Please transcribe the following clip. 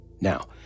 now